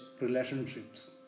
relationships